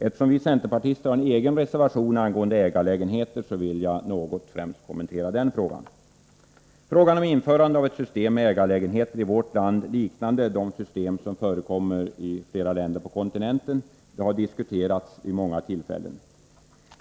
Eftersom vi centerpartister har en egen reservation angående ägarlägenheterna vill jag något kommentera främst den frågan. Frågan om införande av ett system med ägarlägenheter i vårt land, liknande de system som förekommer i flera länder på kontinenten, har diskuterats vid många tillfällen.